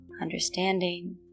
understanding